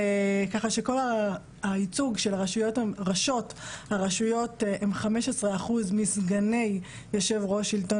ככה שכל הייצוג של ראשות הרשויות הן 15% מסגני יושב-ראש שלטון